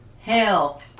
Hell